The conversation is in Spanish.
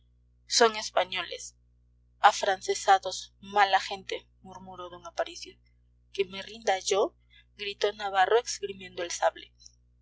son españoles afrancesados mala gente murmuró d aparicio que me rinda yo gritó navarro esgrimiendo el sable